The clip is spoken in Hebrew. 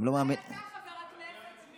דווקא הבורסה עלתה, אולי אתה, חבר הכנסת עמית